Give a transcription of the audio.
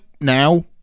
now